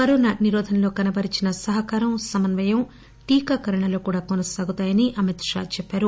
corona నిరోధంలో కనబరచిన సహకారం సమన్వయం టీకాకరణలో కూడా కొనసాగుతాయని ఆయన చెప్పారు